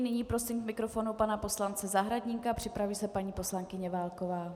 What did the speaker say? Nyní prosím k mikrofonu pana poslance Zahradníka, připraví se paní poslankyně Válková.